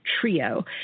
trio